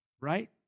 right